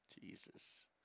Jesus